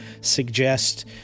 suggest